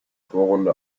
vorrunde